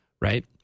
right